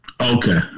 Okay